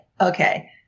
okay